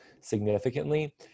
significantly